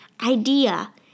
idea